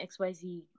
xyz